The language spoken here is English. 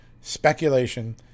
speculation